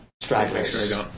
stragglers